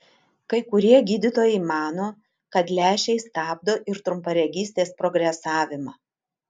kai kurie gydytojai mano kad lęšiai stabdo ir trumparegystės progresavimą